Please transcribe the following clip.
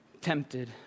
tempted